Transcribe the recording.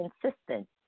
consistent